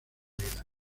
vida